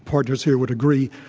partners here would agree.